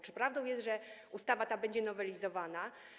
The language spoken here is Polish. Czy prawdą jest, że ta ustawa będzie nowelizowana?